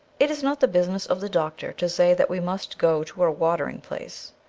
it is not the business of the doctor to say that we must go to a watering place